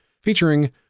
featuring